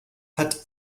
hat